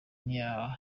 n’iya